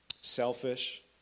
selfish